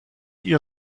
ihr